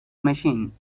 machine